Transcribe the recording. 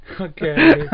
Okay